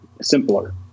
simpler